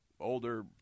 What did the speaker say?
older